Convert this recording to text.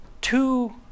two